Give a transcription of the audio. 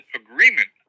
agreement